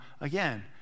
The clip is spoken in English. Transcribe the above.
again